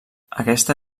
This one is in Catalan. aquesta